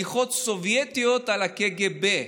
בדיחות סובייטיות על הקג"ב.